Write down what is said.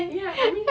ya I mean